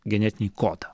genetinį kodą